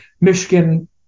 Michigan